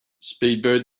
speedbird